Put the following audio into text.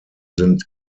sind